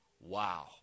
Wow